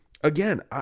again